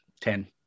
Ten